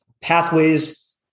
pathways